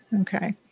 Okay